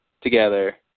together